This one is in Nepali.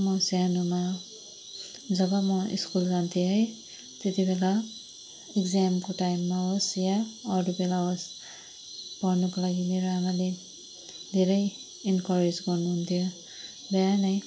म सानोमा जब म स्कुल जान्थेँ है त्यति बेला एक्जामको टाइममा होस् या अरू बेला होस् पढ्नुको लागि मेरो आमाले धेरै इनकरेज गर्नु हुन्थ्यो बिहानै